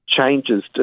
Changes